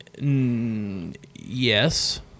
Yes